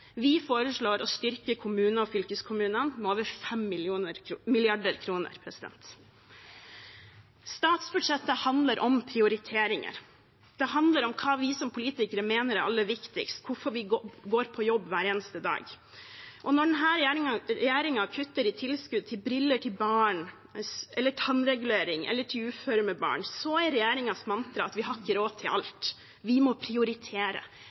Vi foreslår å styrke kommunene og fylkeskommunene med over 5 mrd. kr. Statsbudsjettet handler om prioriteringer. Det handler om hva vi som politikere mener er aller viktigst, hvorfor vi går på jobb hver eneste dag. Når denne regjeringen kutter i tilskudd til briller til barn eller til tannregulering eller til uføre med barn, er regjeringens mantra at vi har ikke råd til alt, vi må prioritere.